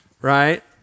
Right